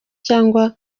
cyangwa